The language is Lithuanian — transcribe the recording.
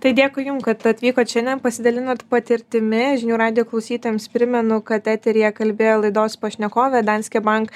tai dėkui jum kad atvykot šiandien pasidalinot patirtimi žinių radijo klausytojams primenu kad eteryje kalbėjo laidos pašnekovė danske bank